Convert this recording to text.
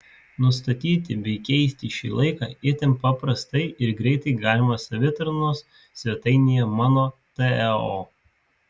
nustatyti bei keisti šį laiką itin paprastai ir greitai galima savitarnos svetainėje mano teo